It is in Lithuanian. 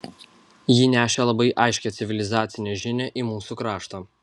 ji nešė labai aiškią civilizacinę žinią į mūsų kraštą